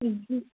जी जी